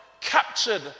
captured